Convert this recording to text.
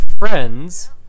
friends